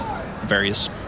various